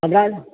हमरा